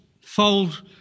fold